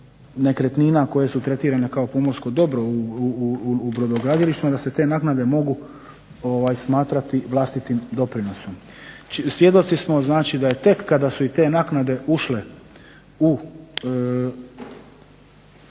nekretnina koje su tretirane kao pomorsko dobro u brodogradilištima, da se te naknade mogu smatrati vlastitim doprinosom. Svjedoci smo znači da je tek kada su i te naknade ušle u